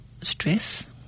stress